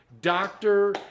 doctor